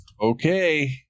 Okay